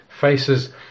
faces